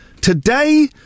Today